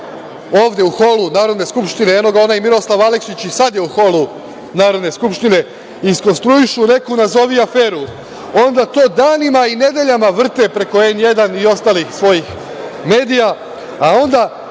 ovde u holu Narodne skupštine. Eno ga onaj Miroslav Aleksić, i sad je u holu Narodne skupštine, iskonstruišu neku nazovi aferu, onda to danima i nedeljama vrte preko N1 i ostalih svojih medija, a onda,